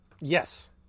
Yes